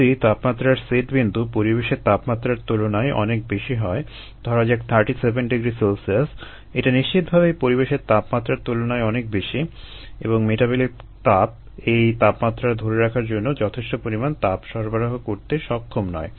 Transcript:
যদি তাপমাত্রার সেট বিন্দু পরিবেশের তাপমাত্রার তুলনায় অনেক বেশি হয় ধরা যাক 37 ºC এটা নিশ্চিতভাবেই পরিবেশের তাপমাত্রার তুলনায় অনেক বেশি এবং মেটাবলিক তাপ এই তাপমাত্রা ধরে রাখার জন্য যথেষ্ট পরিমাণ তাপ সরবরাহ করতে সক্ষম নয়